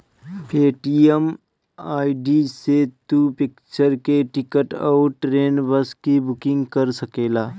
Paytm ID से तू picture के टिकट अउरी ट्रेन, बस के बुकिंग कर सकेला